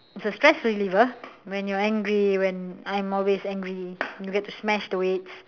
it's a stress reliever when you're angry when I'm always angry you get to smash the weights